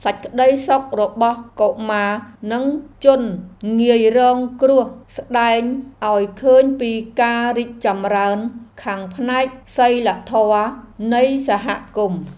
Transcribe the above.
សេចក្តីសុខរបស់កុមារនិងជនងាយរងគ្រោះស្តែងឱ្យឃើញពីការរីកចម្រើនខាងផ្នែកសីលធម៌នៃសហគមន៍។